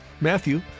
Matthew